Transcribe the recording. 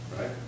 Right